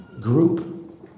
group